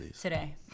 today